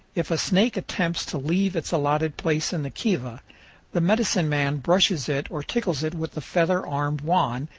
if a snake attempts to leave its allotted place in the kiva the medicine man brushes it or tickles it with the feather-armed wand,